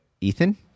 Ethan